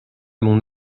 mon